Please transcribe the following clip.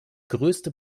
größte